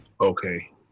Okay